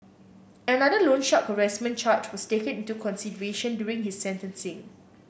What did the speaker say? another loan shark harassment charge was taken into consideration during his sentencing